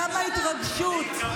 כמה התרגשות.